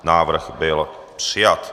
Návrh byl přijat.